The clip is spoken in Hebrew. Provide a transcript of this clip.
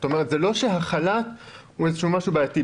זה לא שהחל"ת עצמו הוא בעייתי,